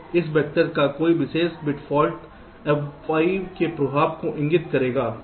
तो इस वेक्टर का कोई विशेष बिट फाल्ट Fi के प्रभाव को इंगित करेगा